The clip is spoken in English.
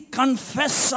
confess